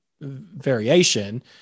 variation